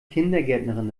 kindergärtnerin